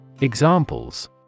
Examples